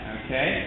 okay